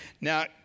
now